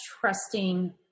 trusting